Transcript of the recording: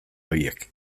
horiek